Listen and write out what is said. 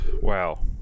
Wow